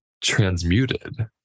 transmuted